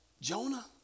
Jonah